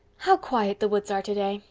how quiet the woods are today.